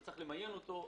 אתה צריך למיין אותו,